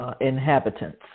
inhabitants